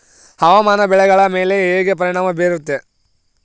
ಹವಾಮಾನ ಬೆಳೆಗಳ ಮೇಲೆ ಹೇಗೆ ಪರಿಣಾಮ ಬೇರುತ್ತೆ?